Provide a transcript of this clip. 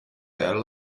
air